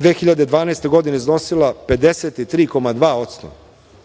2012. godine iznosila 53,2%,